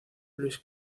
luis